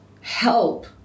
help